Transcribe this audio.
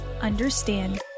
understand